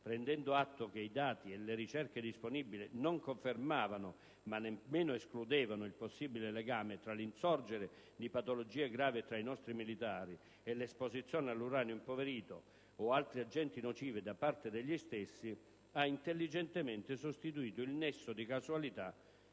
prendendo atto che i dati e le ricerche disponibili non confermavano, ma nemmeno escludevano, il possibile legame tra l'insorgere di patologie gravi tra i nostri militari e l'esposizione all'uranio impoverito o altri agenti nocivi da parte degli stessi, ha intelligentemente sostituito il nesso di causalità,